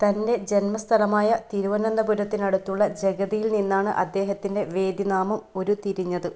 തൻ്റെ ജന്മസ്ഥലമായ തിരുവനന്തപുരത്തിനടുത്തുള്ള ജഗതിയിൽ നിന്നാണ് അദ്ദേഹത്തിൻ്റെ വേദിനാമം ഉരുതിരിഞ്ഞത്